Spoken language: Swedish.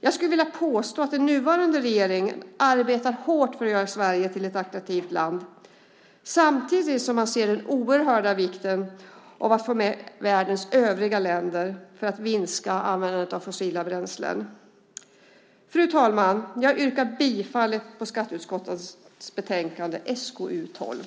Jag skulle vilja påstå att den nuvarande regeringen arbetar hårt för att göra Sverige till att attraktivt land, samtidigt som man ser den oerhörda vikten av att få med världens övriga länder för att minska användandet av fossila bränslen. Fru talman! Jag yrkar bifall till förslaget i skatteutskottets betänkande SkU12.